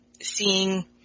seeing